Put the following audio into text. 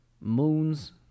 moons